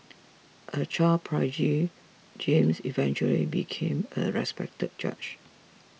a child prodigy James eventually became a respected judge